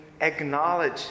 acknowledge